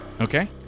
Okay